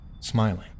smiling